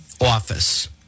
office